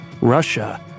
Russia